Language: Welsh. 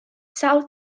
sawl